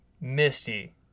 Misty